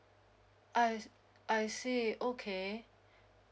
I I see okay